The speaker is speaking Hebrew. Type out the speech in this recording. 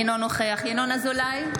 אינו נוכח ינון אזולאי,